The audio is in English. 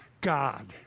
God